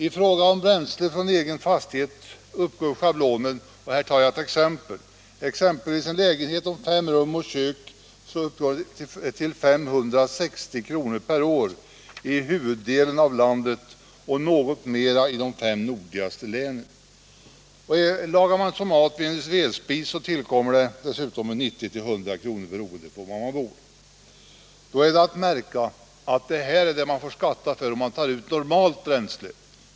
I fråga om bränsle från egen fastighet uppgår schablonen för exempelvis en lägenhet om fem rum och kök till 560 kr. per år i huvuddelen av landet och något mer i de fem nordligaste länen. För en vedspis tillkommer 90-100 kr., beroende på var man bor. Det är att märka att detta är vad man får skatta för när man tar ut normalt bränsle.